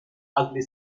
ugly